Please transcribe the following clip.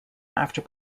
after